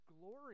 glory